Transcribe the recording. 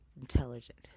intelligent